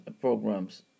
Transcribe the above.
programs